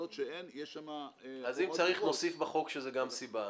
אם צריך, אז נוסיף בחוק שזו גם סיבה.